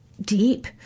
deep